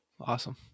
Awesome